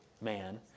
man